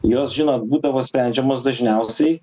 jos žinot būdavo sprendžiamos dažniausiai